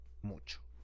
mucho